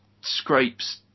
scrapes